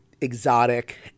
exotic